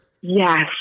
Yes